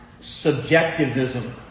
subjectivism